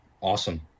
awesome